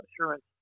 assurance